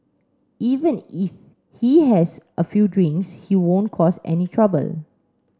even if he has a few drinks he won't cause any trouble